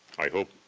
i hope,